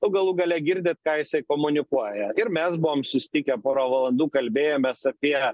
o galų gale girdit ką jisai komunikuoja ir mes buvom susitikę porą valandų kalbėjomės apie